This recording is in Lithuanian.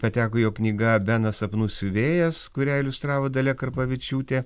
pateko jo knyga benas sapnų siuvėjas kurią iliustravo dalia karpavičiūtė